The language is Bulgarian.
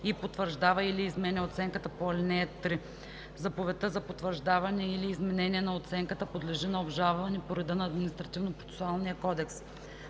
и потвърждава или изменя оценката по ал. 3. Заповедта за потвърждаване или изменение на оценката подлежи на обжалване по реда на Административнопроцесуалния кодекс.“.